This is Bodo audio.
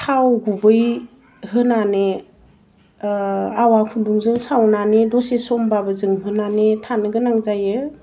थाव गुबै होनानै ओह आवा खुन्दुंजों सावनानै दसे समबाबो जोंहोनानै थानो गोनां जायो